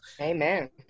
Amen